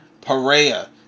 Perea